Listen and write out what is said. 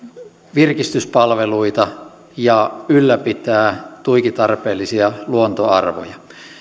virkistyspalveluita ja ylläpitää tuiki tarpeellisia luontoarvoja